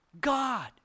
God